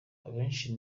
abenshi